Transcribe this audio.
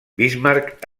bismarck